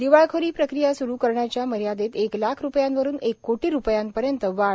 दिवाळखोरी प्रक्रिया स्रू करण्याच्या मर्यादेत एक लाख रूपयांवरून एक कोटी रूपयांपर्यंत वाढ